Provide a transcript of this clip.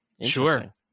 sure